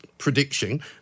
prediction